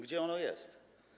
Gdzie ono jest?